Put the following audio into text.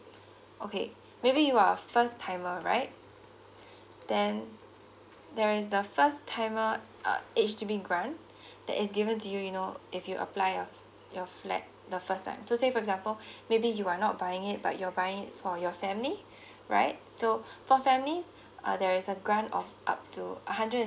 okay maybe you are a first timer right then there is the first timer uh H_D_B grant that is given to you know if you apply of your flat the first time so say for example maybe you are not buying it but you're buying it for your family right so for families uh there is a grant of up to a hundred